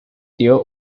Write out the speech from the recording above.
dio